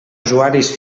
usuaris